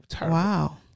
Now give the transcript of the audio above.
wow